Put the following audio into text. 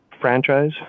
franchise